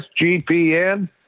SGPN